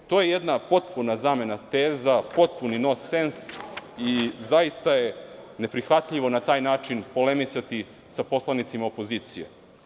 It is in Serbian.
To je jedna potpuna zamena teza, potpuni nonsens i zaista je neprihvatljivo na taj način polemisati sa poslanicima opozicije.